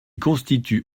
constitue